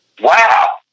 Wow